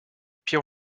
pire